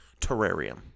terrarium